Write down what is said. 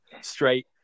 straight